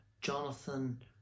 Jonathan